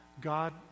God